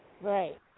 right